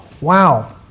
Wow